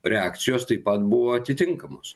reakcijos taip pat buvo atitinkamos